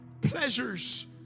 pleasures